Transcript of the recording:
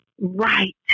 right